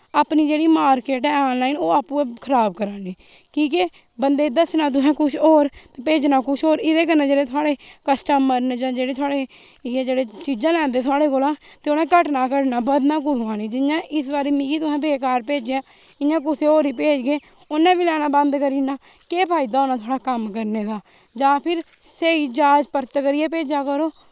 अपनी जेह्ड़ी मार्केट ऐ आनलाईन ओह् आपु गे खराब करा ने की के बंदे गी दस्सना तुसे कुछ होर ते भेजना कुछ होर एह्दे कन्नै जेह्ड़े थुआड़े कस्टमर न जां जेह्ड़े थुआड़े कोला चीजां लैंदे थुआड़े कोला ते उन्ने घटना घटना बधना कुसै निं जियां इस बार मिगी तुसे बेकार भेजेआ इ'यां कुसै होर दी भेजगे उन्नै बी लैना बंद करी उड़ना के फायदा होना थुआड़ा कम करने दा जां फिर स्हेई जांच प्रत करियै भेजा करो